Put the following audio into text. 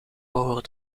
behoren